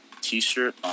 t-shirt